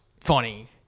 funny